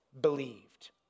believed